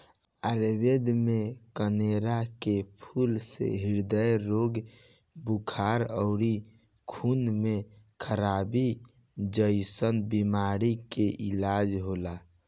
आयुर्वेद में कनेर के फूल से ह्रदय रोग, बुखार अउरी खून में खराबी जइसन बीमारी के इलाज होला